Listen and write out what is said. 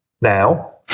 now